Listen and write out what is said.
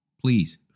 Please